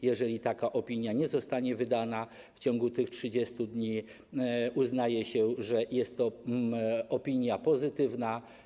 Jeżeli taka opinia nie zostanie wydana w ciągu tych 30 dni, uznaje się, że jest to opinia pozytywna.